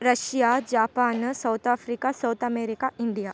Russia Japan South Africa south America India